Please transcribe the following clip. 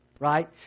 Right